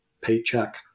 paycheck